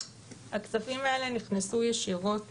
הכספים האלה נכנסו ישירות